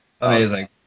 Amazing